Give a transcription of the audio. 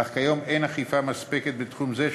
אך כיום אין אכיפה מספקת בתחום זה,